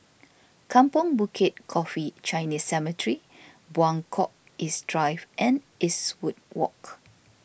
Kampong Bukit Coffee Chinese Cemetery Buangkok East Drive and Eastwood Walk